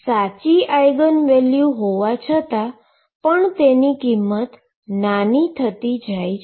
સાચી eigen value હોવા છતા પણ તેની કિમત નાની થતી જાય છે